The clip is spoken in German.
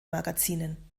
magazinen